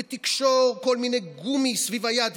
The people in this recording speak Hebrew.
תקשור כל מיני גומיות סביב היד,